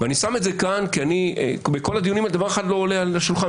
אני שם את זה כאן כי בכל הדיונים האלה דבר אחד לא עולה על השולחן.